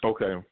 Okay